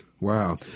Wow